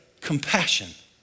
compassion